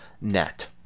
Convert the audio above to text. net